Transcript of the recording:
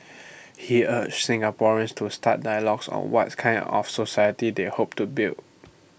he urged Singaporeans to start dialogues on what's kind of society they hope to build